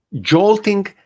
jolting